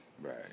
Right